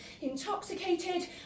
Intoxicated